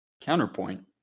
Counterpoint